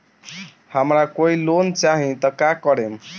हमरा कोई लोन चाही त का करेम?